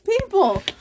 people